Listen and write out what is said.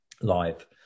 live